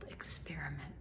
Experiment